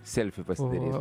selfi pasidaryt